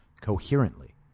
coherently